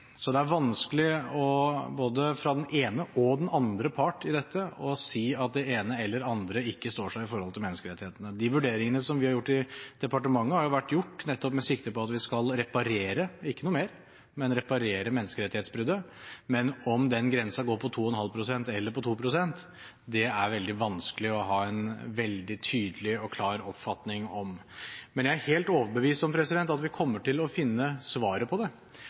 så det er vanskelig – både for den ene og den andre part i dette – å si at det ene eller andre ikke står seg i forhold til menneskerettighetene. De vurderingene som vi har gjort i departementet, har vært gjort nettopp med sikte på at vi skal reparere – ikke noe mer, men reparere menneskerettighetsbruddet. Om den grensen går på 2,5 pst. eller på 2 pst., det er det veldig vanskelig å ha en veldig tydelig og klar oppfatning om, men jeg er helt overbevist om at vi kommer til å finne svaret på det.